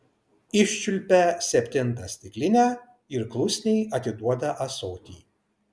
iščiulpia septintą stiklinę ir klusniai atiduoda ąsotį